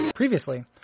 Previously